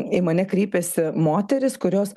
į mane kreipiasi moterys kurios